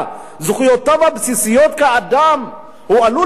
בזכויותיו הבסיסיות כאדם הוא עלול להיפגע,